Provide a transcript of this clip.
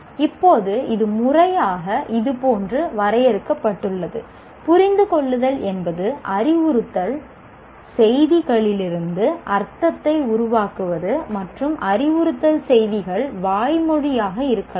இப்போது இது முறையாக இதுபோன்று வரையறுக்கப்பட்டுள்ளது புரிந்துகொள்ளுதல் என்பது அறிவுறுத்தல் செய்திகளிலிருந்து அர்த்தத்தை உருவாக்குவது மற்றும் அறிவுறுத்தல் செய்திகள் வாய்மொழியாக இருக்கலாம்